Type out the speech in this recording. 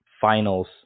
finals